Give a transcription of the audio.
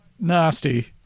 nasty